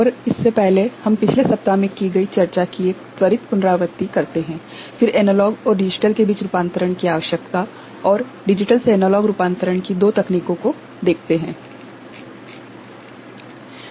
और इससे पहले हम पिछले सप्ताह में की गई चर्चा की एक त्वरित पुनरावृत्ति करते हे फिर एनालॉग और डिजिटल के बीच रूपांतरण की आवश्यकता और डिजिटल से एनालॉग रूपांतरण की दो तकनीकों को देखते हे